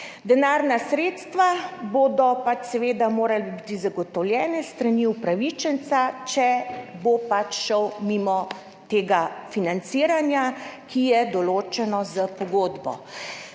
Denarna sredstva bodo seveda morala biti zagotovljena s strani upravičenca, če bo pač šel mimo tega financiranja, ki je določeno s pogodbo.